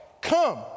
come